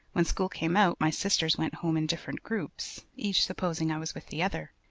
when school came out my sisters went home in different groups, each supposing i was with the other.